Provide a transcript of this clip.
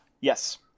Yes